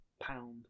pound